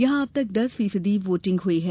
यहां अब तक दस फीसदी वोटिंग हुई है